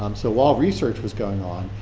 um so while research was going on,